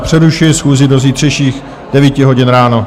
Přerušuji schůzi do zítřejších 9 hodin ráno.